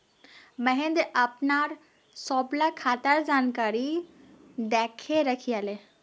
महेंद्र अपनार सबला खातार जानकारी दखे रखयाले